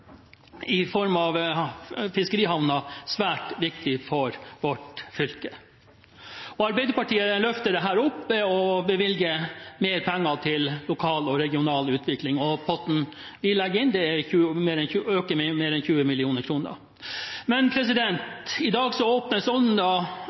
i form av fiskerihavner svært viktig for vårt fylke. Arbeiderpartiet løfter dette opp og bevilger mer penger til lokal og regional utvikling. Potten vi legger inn, økes med mer enn 20